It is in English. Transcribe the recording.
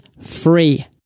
free